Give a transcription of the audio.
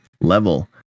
level